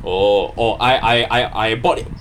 oh I I I I bought